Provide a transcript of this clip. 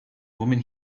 woman